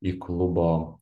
į klubo